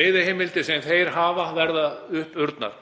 veiðiheimildir sem þeir hafa verða uppurnar.